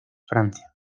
francia